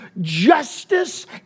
justice